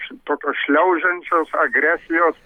šitokios šliaužiančios agresijos